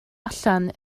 allan